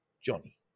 Johnny